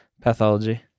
pathology